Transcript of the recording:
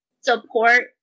support